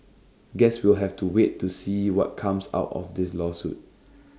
guess we'll have to wait to see what comes out of this lawsuit